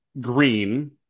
Green